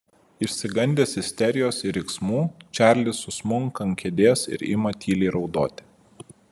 išsigandęs isterijos ir riksmų čarlis susmunka ant kėdės ir ima tyliai raudoti